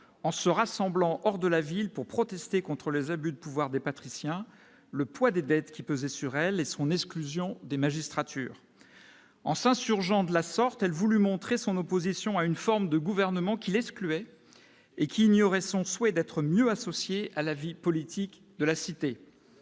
en se rassemblant hors de la ville pour protester contre les abus de pouvoir des patriciens le poids des dettes qui pesaient sur elle et son exclusion des magistrature en s'insurgeant de la sorte elle voulu montrer son opposition à une forme de gouvernement qu'il excluait et qu'il ignorait son souhait d'être mieux associés à la vie politique de la cité,